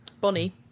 Bonnie